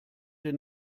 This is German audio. den